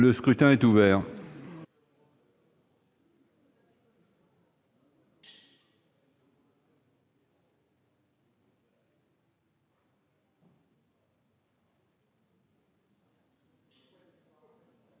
Le scrutin est ouvert.